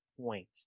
point